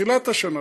בתחילת השנה,